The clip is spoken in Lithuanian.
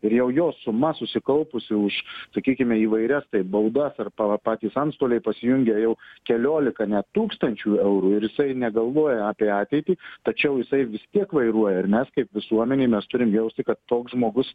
ir jau jo suma susikaupusi už sakykime įvairias baudas arba patys antstoliai pasijungia jau keliolika net tūkstančių eurų ir jisai negalvoja apie ateitį tačiau jisai vis tiek vairuoja ar mes kaip visuomenė mes turime jausti kad toks žmogus